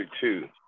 two